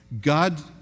God